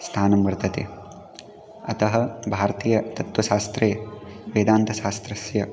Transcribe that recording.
स्थानं वर्तते अतः भारतीयतत्त्वशास्त्रे वेदान्तशास्त्रस्य